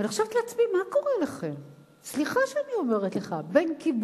ואני חושבת לעצמי, מה קורה לכם?